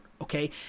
okay